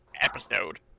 episode